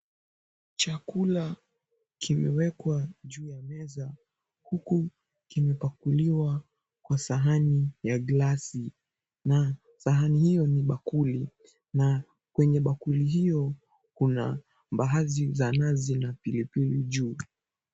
Chakula kimewekwa juu ya meza huku kimepakuliwa kwa sahani ya glasi na sahani hiyo ni bakuli na kwenye bakuli hiyo kuna mbaazi za nazi na pilipili juu.